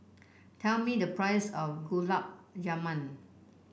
tell me the price of Gulab Jamun